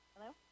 Hello